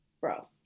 Bro